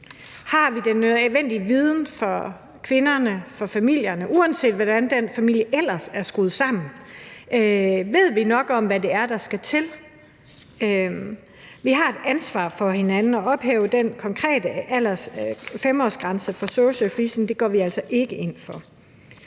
Har vi den nødvendige viden for kvinderne og for familierne, uanset hvordan den familie ellers er skruet sammen? Ved vi nok om, hvad det er, der skal til? Vi har et ansvar for hinanden, og at ophæve den konkrete 5-årsgrænse for social freezing går Socialdemokratiet altså ikke ind for.